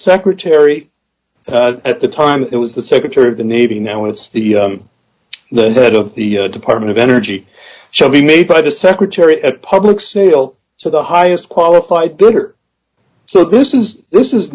secretary d at the time it was the secretary of the navy now it's the head of the department of energy shall be made by the secretary at public sale to the highest qualified bidder so this is this is